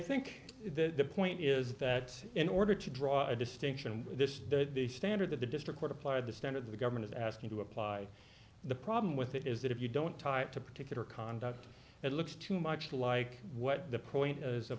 think the point is that in order to draw a distinction this the standard that the district court applied the standards the government is asking to apply the problem with it is that if you don't type to particular conduct it looks too much like what the point